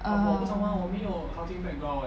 err